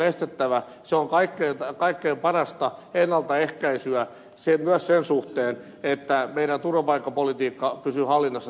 se on kaikkein parasta ennaltaehkäisyä myös sen suhteen että meidän turvapaikkapolitiikkamme pysyy hallinnassa täällä kotimaassa